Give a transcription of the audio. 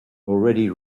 already